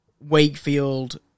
Wakefield